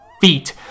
feet